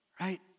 right